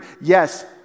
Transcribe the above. yes